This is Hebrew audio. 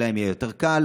שלהם יהיה יותר קל.